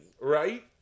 right